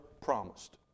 promised